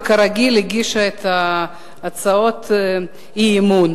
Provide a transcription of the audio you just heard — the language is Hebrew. וכרגיל הגישה את הצעות האי-אמון.